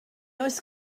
oes